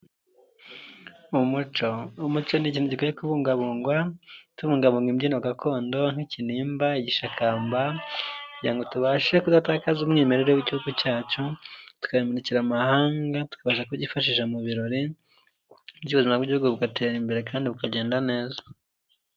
Umuco, umuco ni ikintu gikwiye kubungabungwa, tubungabunga imbyino gakondo nk'ikinimba, igishakamba, kugira ngo tubashe kudatakaza umwimerere w'igihugu cyacu, tukayamurikira amahanga tukaza kubyifashisha mu birori, bityo ubuzima bw'igihugu bugatera imbere kandi bukagenda neza.